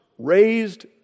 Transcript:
raised